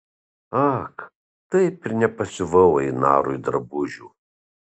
ak taip ir nepasiuvau einarui drabužių